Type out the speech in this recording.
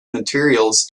materials